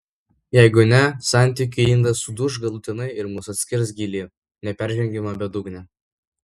jeigu ne santykių indas suduš galutinai ir mus atskirs gili neperžengiama bedugnė